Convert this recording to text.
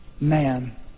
man